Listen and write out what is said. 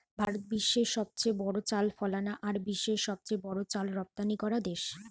ভারত বিশ্বের দ্বিতীয় সবচেয়ে বড় চাল ফলানা আর বিশ্বের সবচেয়ে বড় চাল রপ্তানিকরা দেশ